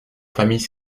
famille